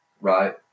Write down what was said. right